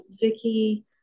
vicky